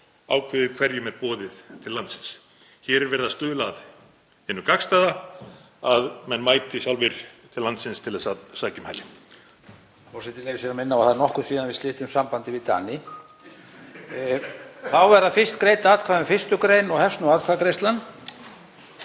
ákveðið hverjum er boðið til landsins. Hér er verið að stuðla að hinu gagnstæða, að menn mæti sjálfir til landsins til að sækja um hæli.